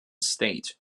state